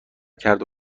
کردو